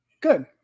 good